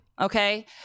Okay